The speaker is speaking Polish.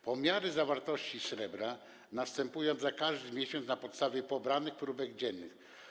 Pomiary zawartości srebra następują w każdym miesiącu na podstawie pobranych próbek dziennych.